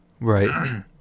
Right